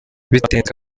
bitinze